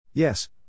Yes